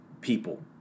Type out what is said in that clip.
People